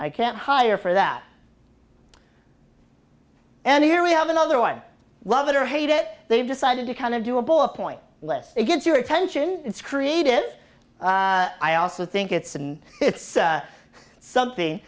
i can't hire for that and here we have another one love it or hate it they've decided to kind of do a ball of point unless it gets your attention it's creative i also think it's and it's something